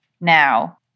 now